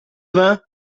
vingts